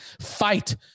fight